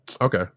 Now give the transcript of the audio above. Okay